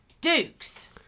Duke's